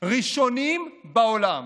ראשונים בעולם.